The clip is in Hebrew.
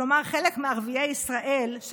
כלומר חלק מערביי ישראל,